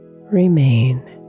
remain